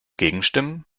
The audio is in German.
gegenstimmen